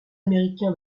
américain